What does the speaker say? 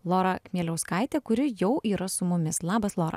lora kmieliauskaitė kuri jau yra su mumis labas lora